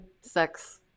sex